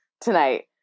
tonight